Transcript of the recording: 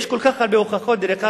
יש כל כך הרבה הוכחות, דרך אגב,